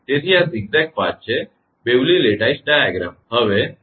તેથી આ zigzag path છે બેવલીનો lattice diagram Bewley's lattice diagram